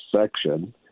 section